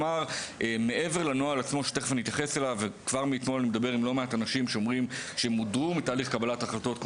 מעבר לנוהל עצמו אני מדבר על אנשים שמודרו מתהליך קבלת ההחלטות.